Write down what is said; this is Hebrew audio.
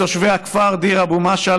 תושבי הכפר דיר אבו משעל,